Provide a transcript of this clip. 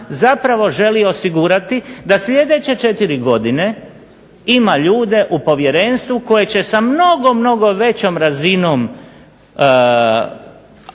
zapravo želi osigurati da sljedeće 4 godine ima ljude u povjerenstvu koje će sa mnogo, mnogo većom razinom